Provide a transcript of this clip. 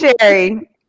Sherry